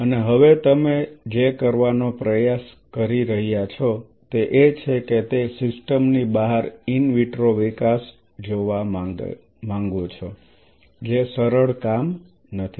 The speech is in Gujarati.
અને હવે તમે જે કરવાનો પ્રયાસ કરી રહ્યા છો તે એ છે કે તે સિસ્ટમની બહાર ઇન વિટ્રો વિકાસ જોવા માંગો છો જે સરળ કામ નથી